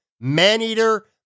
Maneater